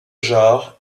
genres